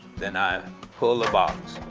then i pull the box,